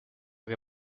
que